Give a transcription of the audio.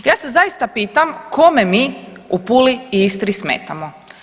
Ja se zaista pitam kome mi u Puli i Istri smetamo?